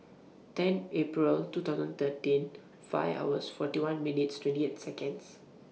ten April two thousand thirteen five hours forty one minutes twenty eight Seconds